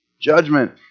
judgment